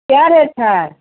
क्या रेट है